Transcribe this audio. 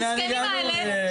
המסכנים האלה.